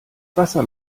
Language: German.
wasser